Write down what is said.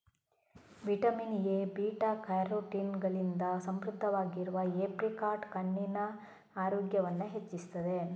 vitamin A, beta carotene ಗಳಿಂದ ಸಮೃದ್ಧವಾಗಿರುವ apricot ಕಣ್ಣಿನ ಆರೋಗ್ಯವನ್ನ ಹೆಚ್ಚಿಸ್ತದೆ